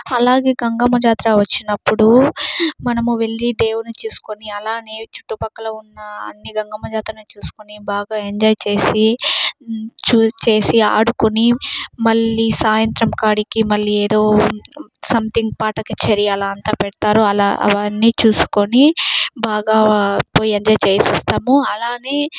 అలాగే గంగమ్మ జాతర వచ్చినప్పుడు మనము వెళ్లి దేవుని చూసుకొని అలానే చుట్టుపక్కల ఉన్న అన్ని గంగమ్మ జాతర్లని చూసుకొని బాగా ఎంజాయ్ చేసి చు చేసి ఆడుకుని మళ్ళీ సాయంత్రం కాడికి మళ్ళీ ఏదో సంథింగ్ పాట కచేరి అలా అంత పెడతారు అలా అవన్నీ చూసుకొని బాగా పోయి ఎంజాయ్ చేసేసి వస్తాము అలానే